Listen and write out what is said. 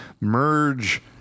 merge